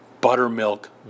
buttermilk